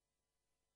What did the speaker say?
הוא